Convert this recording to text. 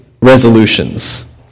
resolutions